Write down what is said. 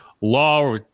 Law